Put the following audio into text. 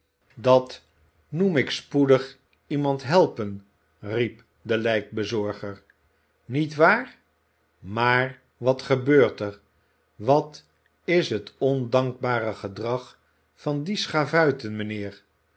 dat noem ik iemand spoedig helpen riep de lijkbezorger niet waar maar wat gebeurt er wat is het ondankbare gedrag van die schavuiten mijnheer